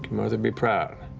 mother'd be proud.